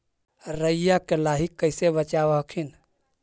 राईया के लाहि कैसे बचाब हखिन?